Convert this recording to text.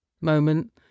moment